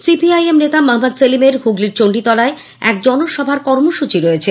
C P I M নেতা মহম্মদ সেলিমের হুগলীর চন্ডীতলায় এক জনসভার কর্মসৃচী রয়েছে